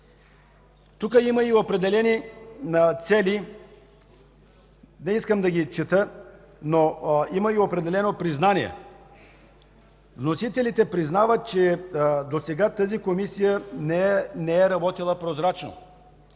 Тук има и определени цели – не искам да ги чета, но има и определено признание. Вносителите признават, че досега тази Комисия не е работила прозрачно.